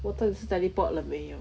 我真的是 teleport 了没有